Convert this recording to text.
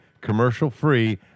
commercial-free